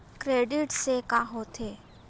Credit से का होथे?